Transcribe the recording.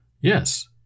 Yes